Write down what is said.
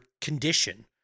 condition